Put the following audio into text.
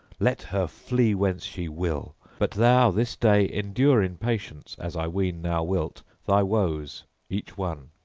let her flee where she will! but thou this day endure in patience, as i ween thou wilt, thy woes each one.